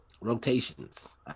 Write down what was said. rotations